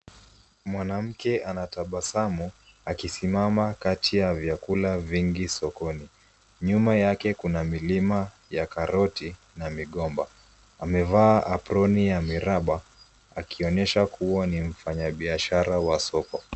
Mwanamke anatabasamu, akisimama kati ya vyakula vingi sokoni. Nyuma yake kuna milima ya karoti, na migomba. Amevaa aproni ya miraba ,akionesha kuwa ni mfanya biashara wa soko.